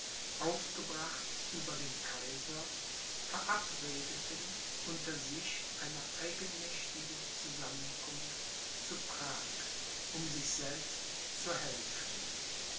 aufgebracht über den kaiser verabredeten unter sich eine eigenmächtige zusammenkunft zu prag um sich selbst zu helfen